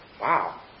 wow